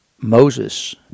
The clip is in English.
Moses